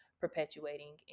perpetuating